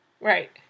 Right